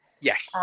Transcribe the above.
Yes